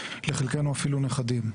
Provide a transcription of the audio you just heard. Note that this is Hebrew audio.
לחלקנו אפילו נכדים.